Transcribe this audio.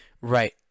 Right